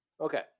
Okay